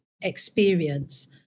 experience